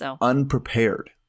unprepared